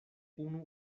unu